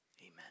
Amen